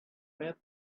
made